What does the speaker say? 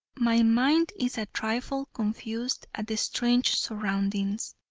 my mind is a trifle confused at the strange surroundings.